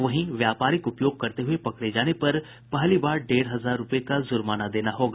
वहीं व्यापारिक उपयोग करते हुये पकड़े जाने पर पहली बार डेढ़ हजार रूपये का जुर्माना देना होगा